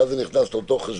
ואז זה נכנס לאותו חשבון,